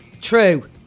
True